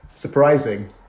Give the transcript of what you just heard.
surprising